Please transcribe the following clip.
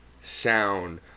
sound